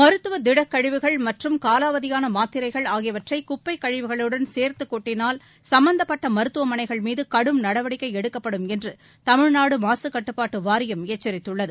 மருத்துவ திடக்கழிவுகள் மற்றும் காலாவதியான மாத்திரைகள் ஆகியவற்றை குப்பை கழிவுகளுடன் சேர்த்து கொட்டினால் சம்பந்தப்பட்ட மருத்துவமனைகள் மீது கடும் நடவடிக்கை எடுக்கப்படும் என்று தமிழ்நாடு மாசுக்கட்டுப்பாட்டு வாரியம் எச்சரித்துள்ளது